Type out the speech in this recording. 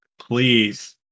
please